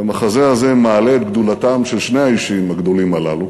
והמחזה הזה מעלה את גדולתם של שני האישים הגדולים הללו